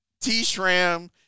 T-Shram